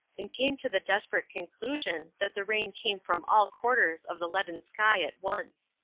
and came to the desperate conclusion that the rain came from all quarters of the leaden sky at once.